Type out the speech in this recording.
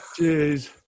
Jeez